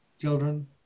children